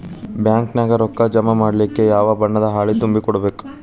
Bank ನ್ಯಾಗ ರೊಕ್ಕಾ ಜಮಾ ಮಾಡ್ಲಿಕ್ಕೆ ಯಾವ ಬಣ್ಣದ್ದ ಹಾಳಿ ತುಂಬಿ ಕೊಡ್ಬೇಕು?